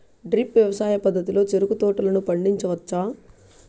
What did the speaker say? drip వ్యవసాయ పద్ధతిలో చెరుకు తోటలను పండించవచ్చా